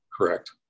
Correct